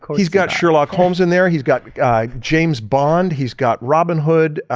he's got sherlock holmes in there, he's got got james bond, he's got robin hood,